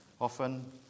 Often